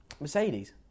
Mercedes